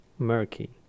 murky